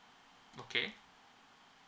okay